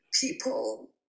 people